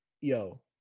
yo